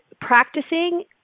practicing